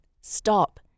stop